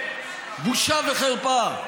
בושה וחרפה.